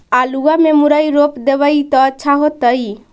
आलुआ में मुरई रोप देबई त अच्छा होतई?